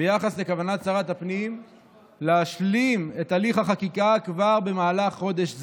ביחס לכוונת שרת הפנים להשלים את הליך החקיקה כבר במהלך חודש זה,